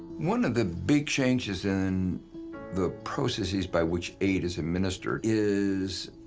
one of the big changes in the processes by which aid is administered is,